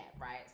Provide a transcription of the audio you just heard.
right